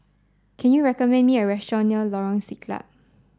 can you recommend me a restaurant near Lorong Siglap